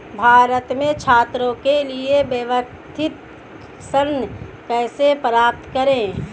भारत में छात्रों के लिए व्यक्तिगत ऋण कैसे प्राप्त करें?